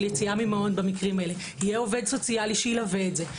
יציאה ממעון במקרים האלה יהיה עו"ס שילווה את זה,